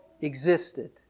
existed